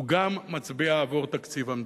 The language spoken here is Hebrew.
הוא גם מצביע עבור תקציב המדינה.